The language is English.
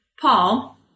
Paul